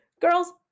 girls